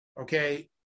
Okay